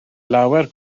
lawer